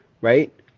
right